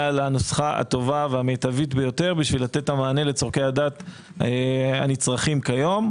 לנוסחה המיטבית כדי לתת את המענה לצורכי הדת הנצרכים כיום,